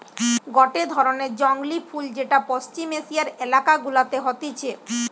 গটে ধরণের জংলী ফুল যেটা পশ্চিম এশিয়ার এলাকা গুলাতে হতিছে